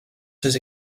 ses